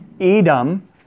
Edom